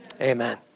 Amen